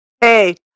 hey